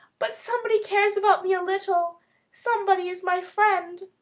but somebody cares about me a little somebody is my friend.